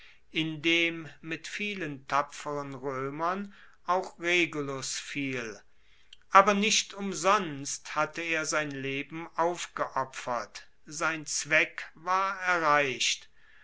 in dem mit vielen tapferen roemern auch regulus fiel aber nicht umsonst hatte er sein leben aufgeopfert sein zweck war erreicht